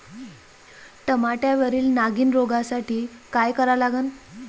टमाट्यावरील नागीण रोगसाठी काय करा लागन?